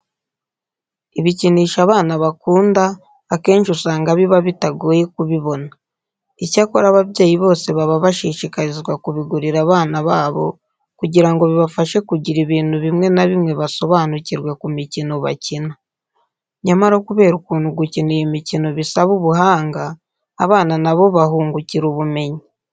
Ibikinisho abana bakunda akenshi usanga biba bitagoye kubibona. Icyakora ababyeyi bose baba bashishikarizwa kubigurira abana babo kugira ngo bibafashe kugira ibintu bimwe na bimwe basobanukirwa ku mikino bakina. Nyamara kubera ukuntu gukina iyi mikino bisaba ubuhanga, abana na bo bahungukira ubumenyi.